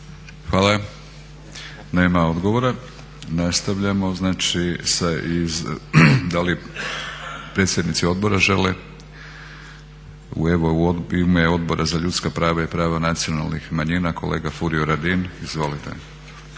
Hvala. Nema odgovora. Nastavljamo. Da li predsjednici odbora žele? Evo u ime Odbora za ljudska prava i prava nacionalnih manjina kolega Furio Radin. Izvolite.